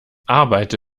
arbeite